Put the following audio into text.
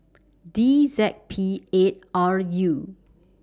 D Z P eight R U